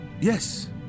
Yes